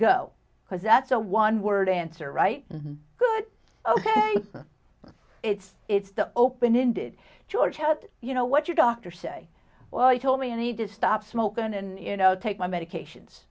because that's a one word answer right good ok it's it's the open ended george said you know what your doctor say well he told me i need to stop smoking and you know take my medications